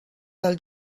del